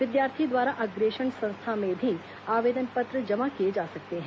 विद्यार्थी द्वारा अग्रेषण संस्था में भी आवेदन पत्र जमा किए जा सकते हैं